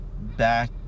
back